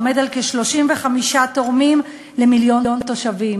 ועומד על כ-35 תורמים למיליון תושבים.